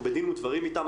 אנחנו בדין ודברים איתם.